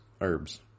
Herbs